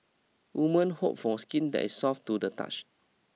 women hope for skin that is soft to the touch